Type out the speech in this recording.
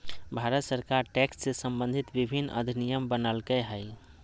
भारत सरकार टैक्स से सम्बंधित विभिन्न अधिनियम बनयलकय हइ